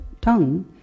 tongue